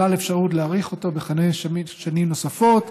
כלל אפשרות להאריך אותו בחמש שנים נוספות,